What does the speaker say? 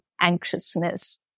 anxiousness